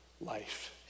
life